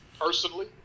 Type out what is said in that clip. personally